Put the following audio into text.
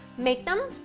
make them,